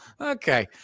Okay